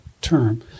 term